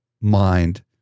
mind